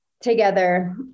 together